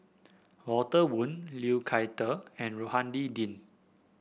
Walter Woon Liu Thai Ker and Rohani Din